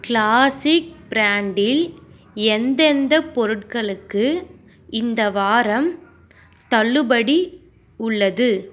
classic பிராண்டில் எந்தெந்தப் பொருட்களுக்கு இந்த வாரம் தள்ளுபடி உள்ளது